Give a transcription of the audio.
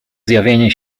zjawienie